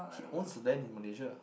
he owns a land in Malaysia